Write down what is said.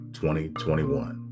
2021